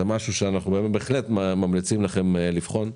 זה משהו שאנחנו בהחלט ממליצים לכם לבחון.